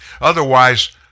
Otherwise